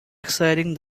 exciting